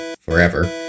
forever